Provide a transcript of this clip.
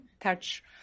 touch